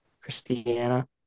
Christiana